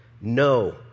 No